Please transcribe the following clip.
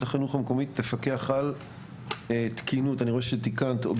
אני רואה שתיקנת,